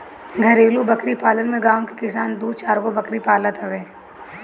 घरेलु बकरी पालन में गांव के किसान दू चारगो बकरी पालत हवे